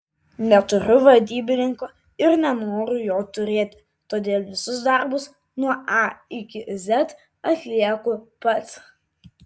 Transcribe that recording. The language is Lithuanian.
neturiu vadybininko ir nenoriu jo turėti todėl visus darbus nuo a iki z atlieku pats